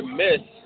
miss